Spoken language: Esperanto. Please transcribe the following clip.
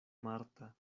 marta